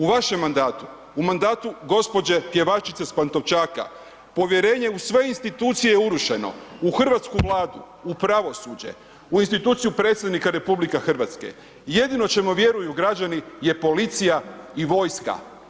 U vašem mandatu, u mandatu gđe. Pjevačice sa Pantovčaka, povjerenje u sve institucije je urušeno, u hrvatsku Vladu, u pravosuđe, u instituciju Predsjednika RH, jedino čemu vjeruju građani je policija i vojska.